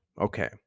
okay